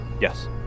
Yes